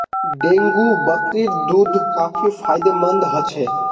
dengue बकरीर दूध काफी फायदेमंद ह छ